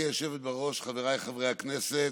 גברתי היושבת בראש, חבריי חברי הכנסת,